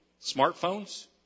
Smartphones